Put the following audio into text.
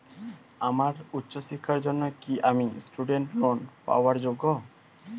আমার উচ্চ শিক্ষার জন্য কি আমি স্টুডেন্ট লোন পাওয়ার যোগ্য?